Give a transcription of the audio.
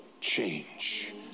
change